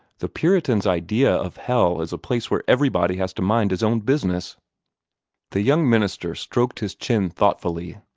the puritan's idea of hell is a place where everybody has to mind his own business the young minister stroked his chin thoughtfully,